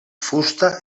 fusta